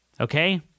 Okay